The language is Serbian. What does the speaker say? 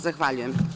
Zahvaljujem.